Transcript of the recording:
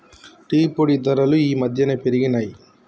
tea పొడి ధరలు ఈ మధ్యన పెరిగినయ్